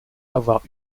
avoir